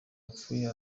wapfuye